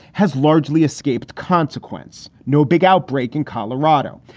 has largely escaped consequence. no big outbreak in colorado.